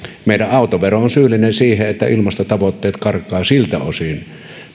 meidän autovero on syyllinen siihen että ilmastotavoitteet karkaavat siltä osin